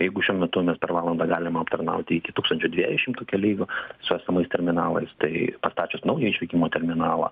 jeigu šiuo metu mes per valandą galim aptarnauti iki tūkstančio dviejų šimtų keleivių su esamais terminalais tai pastačius naują išvykimo terminalą